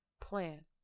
plan